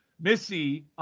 Missy